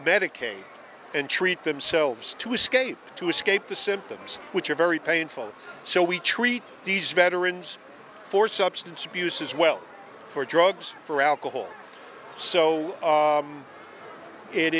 medicate and treat themselves to escape to escape the symptoms which are very painful so we treat these veterans for substance abuse as well for drugs for alcohol so